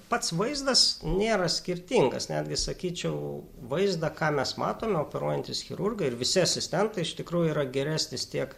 pats vaizdas nėra skirtingas netgi sakyčiau vaizdą ką mes matome operuojantys chirurgai ir visi asistentai iš tikrųjų yra geresnis tiek